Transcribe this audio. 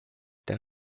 der